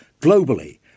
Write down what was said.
globally